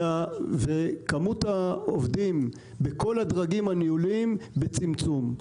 מספר העובדים בכל הדרגים הניהוליים בצמצום,